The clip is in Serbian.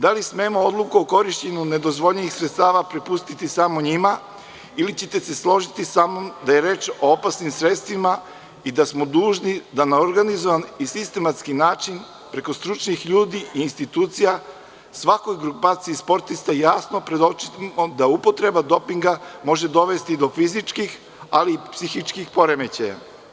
Da li smemo odluku o korišćenju ne dozvoljenih sredstava prepustiti samo njima ili ćete se složiti samnom da je reč o opasnim sredstvima i da smo dužni da na organizovan i sistematski način, preko stručnih ljudi i institucija svakoj grupaciji sportista jasno predočimo da upotreba dopinga može dovesti do fizičkih, ali i psihičkih poremećaja.